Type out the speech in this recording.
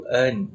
earn